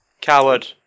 Coward